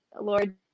Lord